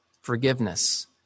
forgiveness